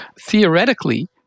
theoretically